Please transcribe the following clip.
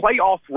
playoff